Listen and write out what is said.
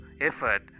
effort